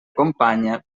companya